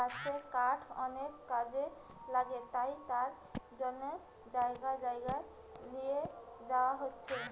গাছের কাঠ অনেক কাজে লাগে তাই তার জন্যে জাগায় জাগায় লিয়ে যায়া হচ্ছে